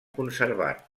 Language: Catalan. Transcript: conservat